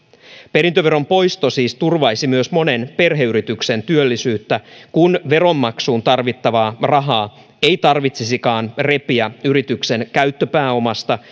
perintöveron poisto siis turvaisi myös monen perheyrityksen työllisyyttä kun veronmaksuun tarvittavaa rahaa ei tarvitsisikaan repiä yrityksen käyttöpääomasta